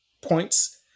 points